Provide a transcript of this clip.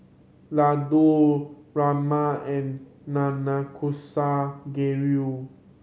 Ladoo Rajma and Nanakusa Gayu